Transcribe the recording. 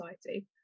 society